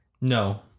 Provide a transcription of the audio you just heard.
No